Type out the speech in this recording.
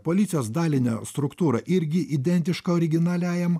policijos dalinio struktūra irgi identiška originaliajam